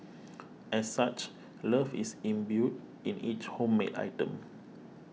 as such love is imbued in each homemade item